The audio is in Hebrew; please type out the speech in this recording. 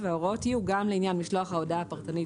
וההוראות יהיו גם לעניין משלוח ההודעה הפרטנית